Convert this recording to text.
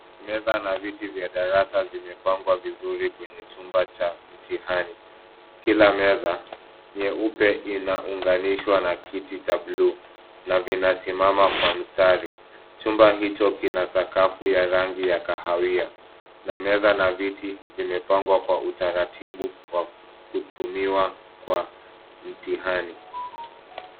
Meza na viti vya darasa zimepangwa vizuri kwenye chumba cha mitihani. Kila meza nyeupe inaunganishwa na kiti cha bluu na vinasimama kwa mistari, chumba hicho kina sakafu ya rangi ya kahawia na meza na viti zimepangwa kwa utaratifu kwa kutumiwa kwa mitihani.